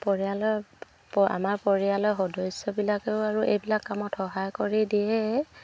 পৰিয়ালৰ আমাৰ পৰিয়ালৰ সদস্যবিলাকেও আৰু এইবিলাক কামত সহায় কৰি দিয়ে